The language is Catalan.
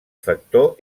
factor